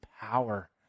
power